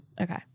Okay